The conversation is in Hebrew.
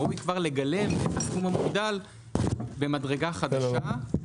ראוי כבר לגלם את הסכום המוגדל במדרגה חדשה.